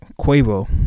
Quavo